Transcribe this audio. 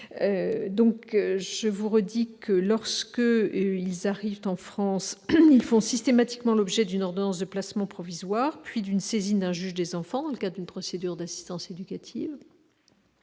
âgés de moins de 10 ans. Lorsqu'ils arrivent en France, ces mineurs font systématiquement l'objet d'une ordonnance de placement provisoire puis d'une saisine d'un juge des enfants, dans le cadre d'une procédure d'assistance éducative.